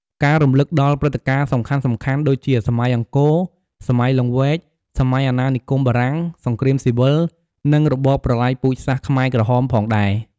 ការរំលឹកដល់ព្រឹត្តិការណ៍សំខាន់ៗ ដូចជាសម័យអង្គរ សម័យលង្វែក សម័យអាណានិគមបារាំង សង្គ្រាមស៊ីវិល និងរបបប្រល័យពូជសាសន៍ខ្មែរក្រហមផងដែរ។